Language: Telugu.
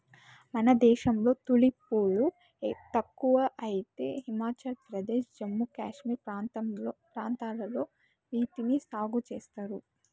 మన దేశంలో తులిప్ పూలు తక్కువ అయితే హిమాచల్ ప్రదేశ్, జమ్మూ కాశ్మీర్ ప్రాంతాలలో వీటిని సాగు చేస్తున్నారు